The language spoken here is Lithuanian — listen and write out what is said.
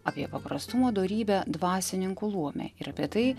apie paprastumo dorybę dvasininkų luome ir apie tai